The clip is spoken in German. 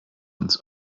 uns